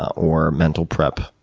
or mental prep,